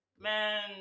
man